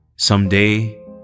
Someday